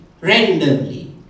randomly